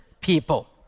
people